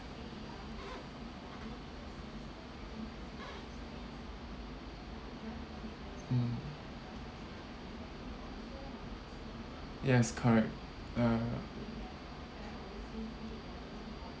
mm yes correct uh